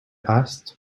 asked